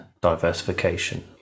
diversification